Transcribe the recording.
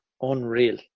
Unreal